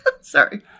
Sorry